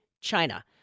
China